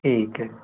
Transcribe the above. ठीक है